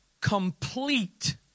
complete